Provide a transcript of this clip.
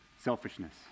Selfishness